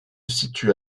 situe